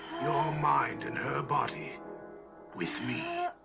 mind in her body with me